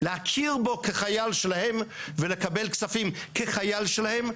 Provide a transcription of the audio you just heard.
להכיר בו כחייל שלהם ולקבל כספים כחייל שלהם,